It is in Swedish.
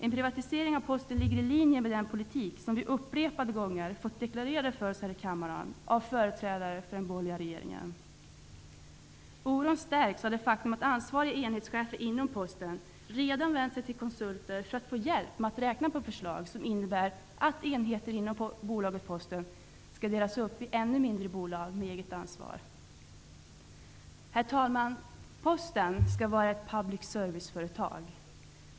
En privatisering av Posten ligger i linje med den politik som vi vid upprepade tillfällen har fått deklarerad för oss här i kammaren av företrädare för den borgerliga regeringen. Oron stärks av det faktum att ansvariga enhetschefer inom Posten redan har vänt sig till konsulter för att få hjälp med att räkna på förslag som innebär att enheter inom bolaget Posten skall delas upp i ännu mindre bolag med eget ansvar. Herr talman! Posten skall vara ett public serviceföretag.